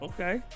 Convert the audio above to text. Okay